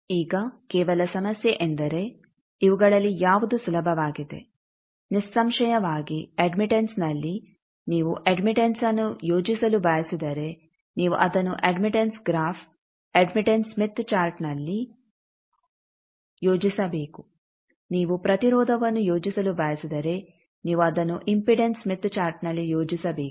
ಈಗ ಕೇವಲ ಸಮಸ್ಯೆ ಎಂದರೆ ಇವುಗಳಲ್ಲಿ ಯಾವುದು ಸುಲಭವಾಗಿದೆ ನಿಸ್ಸಂಶಯವಾಗಿ ಅಡ್ಮಿಟೆಂಸ್ನಲ್ಲಿ ನೀವು ಅಡ್ಮಿಟೆಂಸ್ಅನ್ನು ಯೋಜಿಸಲು ಬಯಸಿದರೆ ನೀವು ಅದನ್ನು ಅಡ್ಮಿಟೆಂಸ್ ಗ್ರಾಫ್ ಅಡ್ಮಿಟೆಂಸ್ ಸ್ಮಿತ್ ಚಾರ್ಟ್ನಲ್ಲಿ ಯೋಜಿಸಬೇಕು ನೀವು ಪ್ರತಿರೋಧವನ್ನು ಯೋಜಿಸಲು ಬಯಸಿದರೆ ನೀವು ಅದನ್ನು ಇಂಪೀಡೆನ್ಸ್ ಸ್ಮಿತ್ ಚಾರ್ಟ್ನಲ್ಲಿ ಯೋಜಿಸಬೇಕು